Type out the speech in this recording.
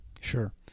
sure